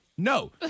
No